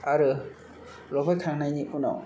आरो लावफैखांनायनि उनाव